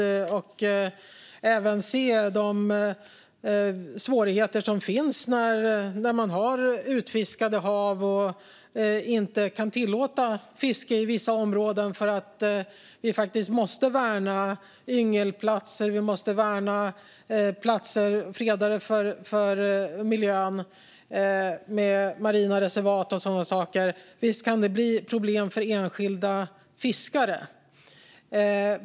Vi behöver även se på de svårigheter som finns när haven är utfiskade och vi inte kan tillåta fiske i vissa områden för att vi faktiskt måste värna yngelplatser och platser som för miljöns skull är fredade, marina reservat och sådana saker. Visst kan det bli problem för enskilda fiskare.